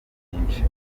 nyinshi